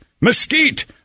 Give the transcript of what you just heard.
Mesquite